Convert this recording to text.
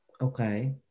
Okay